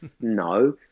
no